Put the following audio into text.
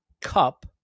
Cup